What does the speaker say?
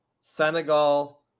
Senegal